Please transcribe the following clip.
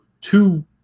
two